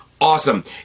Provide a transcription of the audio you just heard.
Awesome